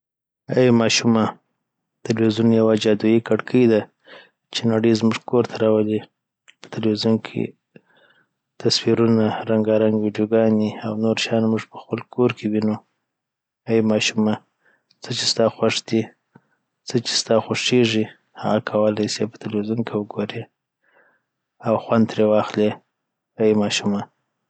ای ماشومه تلویزیون یوه جادویي کړکې ده چی نړې زمونږ کور ته راولې په تلویزیون کي آ تصویرونه رنګارنګ ویډیوګانې او نور شیان مونږ په خپل کور کي وینو ای ماشومه څه چي ستا خوښ دي څه چي ستا خوښيږي هغه کولای سي په تلویزیون کي وګوري .او خوند تري واخلي ای ماشومه.